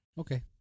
okay